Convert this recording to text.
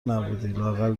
نبودی٬لااقل